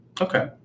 Okay